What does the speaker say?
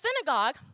synagogue